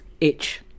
itch